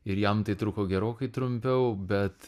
ir jam tai truko gerokai trumpiau bet